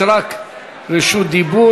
יש רק רשות דיבור.